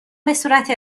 بهصورت